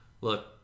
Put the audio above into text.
look